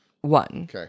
one